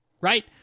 right